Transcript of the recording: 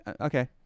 Okay